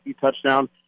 touchdown